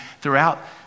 throughout